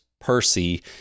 Percy